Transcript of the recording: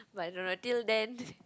but i don't know until then